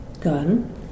gun